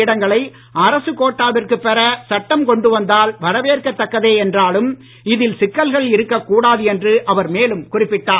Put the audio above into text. இடங்களை அரசு கோட்டாவிற்கு பெற சட்டம் கொண்டு வந்தால் வரவேற்கத்தக்கதே என்றாலும் இதில் சிக்கல்கள் இருக்க கூடாது என்று அவர் மேலும் குறிப்பிட்டார்